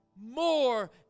More